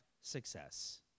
success